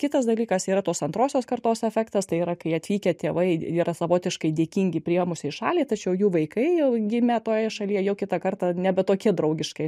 kitas dalykas yra tos antrosios kartos efektas tai yra kai atvykę tėvai yra savotiškai dėkingi priėmusiai šaliai tačiau jų vaikai jau gimę toje šalyje jau kitą kartą nebe tokie draugiškai